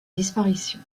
disparition